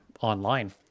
online